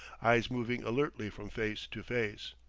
eyes moving alertly from face to face.